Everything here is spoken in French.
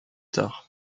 tard